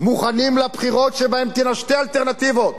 מוכנים לבחירות שבהן תהיינה שתי אלטרנטיבות,